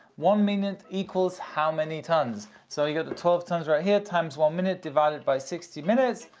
one minute equals how many tonnes? so you've got the twelve tonnes right here, times one minute, divided by sixty minutes,